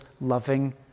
loving